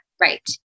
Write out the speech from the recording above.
Right